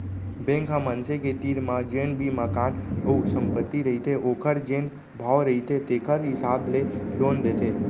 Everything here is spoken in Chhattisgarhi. बेंक ह मनसे के तीर म जेन भी मकान अउ संपत्ति रहिथे ओखर जेन भाव रहिथे तेखर हिसाब ले लोन देथे